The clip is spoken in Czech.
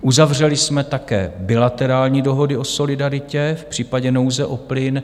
Uzavřeli jsme také bilaterální dohody o solidaritě v případě nouze o plyn.